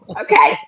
okay